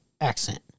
accent